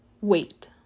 Wait